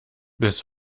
bis